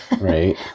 right